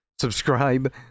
Subscribe